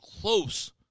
close